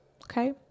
Okay